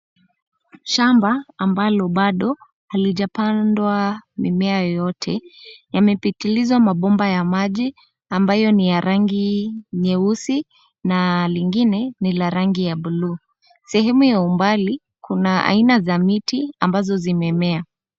Shamba ambalo bado halijapandwa mimea yoyote. Yamepitilizwa mabomba ya maji ambayo ni ya rangi nyeusi na lingine ni la rangi ya buluu. Sehemu ya umbali, kuna aina za miti ambazo zimemea.